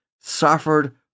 suffered